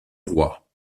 roi